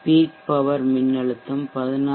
peak power மின்னழுத்தம் 14